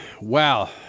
Wow